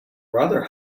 rather